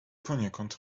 poniekąd